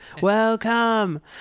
welcome